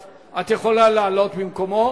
את יכולה לעלות במקומו,